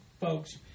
folks